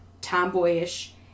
tomboyish